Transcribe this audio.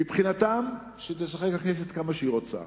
מבחינתם, שתשחק הכנסת כמה שהיא רוצה: